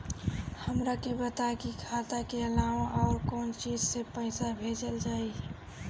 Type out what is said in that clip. हमरा के बताई की खाता के अलावा और कौन चीज से पइसा भेजल जाई?